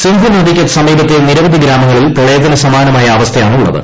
സിന്ധ് നദിക്കു സമീപത്തെ നിരവധി ഗ്രാമങ്ങളിൽ പ്രളയത്തിന് സമാനമായ അവസ്ഥയാണ് ഉള്ളത്